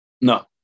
No